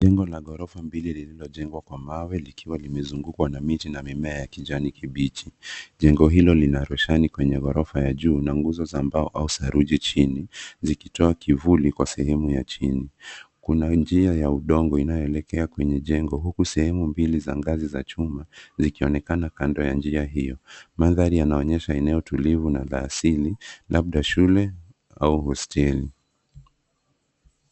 Jengo la ghorofa mbili lilojengwa kwa mawe likiwa lime zungukwa na miti na mimea ya kijani kibichi. Jengo hilo lina rushani kwenye ghorofa ya juu na nguzo za mbao au saruji chini zikitoa kivuli kwa sehemu ya chini. Kuna njia ya udongo inayoelekea kwenye jengo huku sehemu mbili za ngazo za chuma zikionekana kando ya njia hio. Mandhari yanaonyesha eneo tulivu na ya asili labda shule au hosteli.